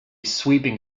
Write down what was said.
sweeping